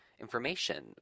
information